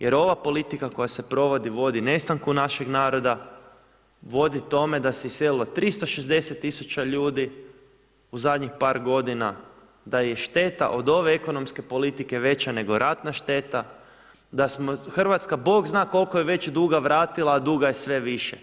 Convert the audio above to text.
Jer ova politika koja se provodi vodi nestanku našeg naroda, vodi tome da se iselilo 360 tisuća ljudi u zadnjih par godina, da je i šteta od ove ekonomske politike veća nego ratna šteta, da smo, Hrvatska bog zna koliko je već duga vratila a duga je sve više.